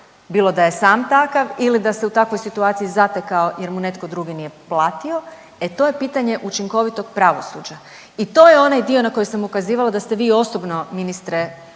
bilo da je sam takav ili da se u takvoj situaciji zatekao jer mu netko drugi nije platio, e to je pitanje učinkovitog pravosuđa i to je onaj dio na koji sam ukazivala da ste vi osobno ministre